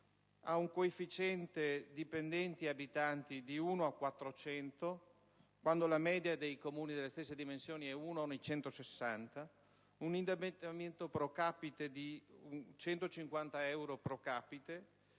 un coefficiente dipendenti-abitanti di 1 a 400, quando la media dei Comuni delle stesse dimensioni è di 1 a 160, ed un indebitamento *pro capite* di 150 euro, a fronte